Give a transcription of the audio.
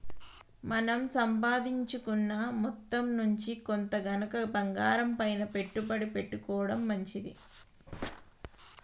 మన సంపాదించుకున్న మొత్తం నుంచి కొంత గనక బంగారంపైన పెట్టుబడి పెట్టుకోడం మంచిది